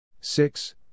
six